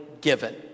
given